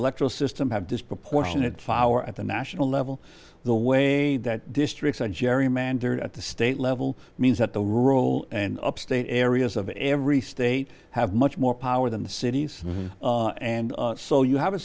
electoral system have disproportionate fower at the national level the way that districts are gerrymandered at the state level means that the rural and upstate areas of every state have much more power than the cities and so you have a